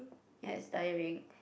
ya it's tiring